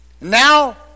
Now